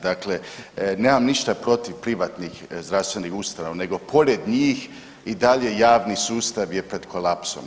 Dakle, nemam ništa protiv privatnih zdravstvenih ustanova nego pored njih i dalje javni sustav je pred kolapsom.